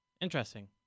Interesting